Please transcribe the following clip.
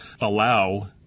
allow